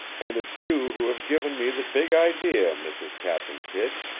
and it's you who have given me the big idea, mrs. captain kidd.